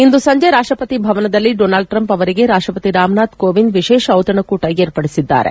ಇಂದು ಸಂಜೆ ರಾಷ್ಟಪತಿ ಭವನದಲ್ಲಿ ಡೊನಾಲ್ಡ್ ಟ್ರಂಪ್ ಅವರಿಗೆ ರಾಷ್ಟಪತಿ ರಾಮನಾಥ್ ಕೋವಿಂದ್ ವಿಶೇಷ ದಿತಣಕೂಟ ವಿರ್ಪಡಿಸಿದ್ದಾರೆ